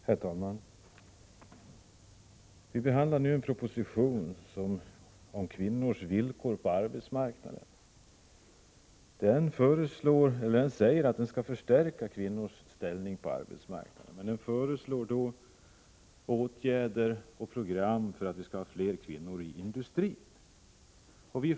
Herr talman! Vi behandlar nu en proposition om kvinnors villkor på arbetsmarknaden. Där sägs att syftet är att stärka kvinnors ställning på arbetsmarknaden, och för att uppnå detta föreslår man åtgärder och program för att ge fler kvinnor arbete inom industrin.